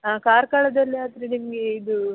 ಹಾಂ ಕಾರ್ಕಳದಲ್ಲಿ ಆದರೆ ನಿಮಗೆ ಇದು